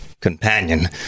companion